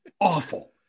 awful